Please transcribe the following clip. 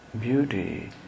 Beauty